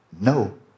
no